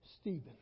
Stephen